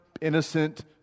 innocent